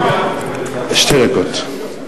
שתי דקות.